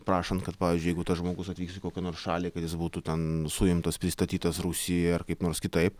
prašant kad pavyzdžiui jeigu tas žmogus atvyks į kokią nors šalį kad jis būtų ten suimtas pristatytas rusijai ar kaip nors kitaip